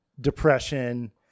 depression